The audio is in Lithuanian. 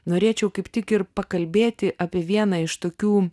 norėčiau kaip tik ir pakalbėti apie vieną iš tokių